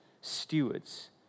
stewards